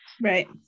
right